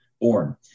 born